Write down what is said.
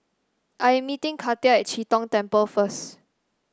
I am meeting Katia at Chee Tong Temple first